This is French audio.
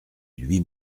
lui